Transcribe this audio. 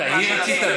את ההיא רצית?